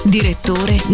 Direttore